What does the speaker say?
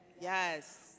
Yes